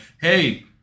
hey